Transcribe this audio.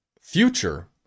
future